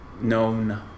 known